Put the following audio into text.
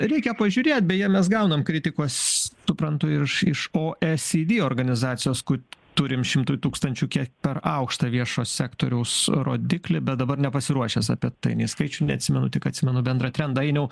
reikia pažiūrėt beje mes gaunam kritikos suprantu ir iš o e si di organizacijos kut turim šimtui tūkstančių kiek per aukštą viešo sektoriaus rodiklį bet dabar nepasiruošęs apie tai nei skaičių neatsimenu tik atsimenu bendrą trend ainiau